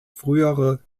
frühere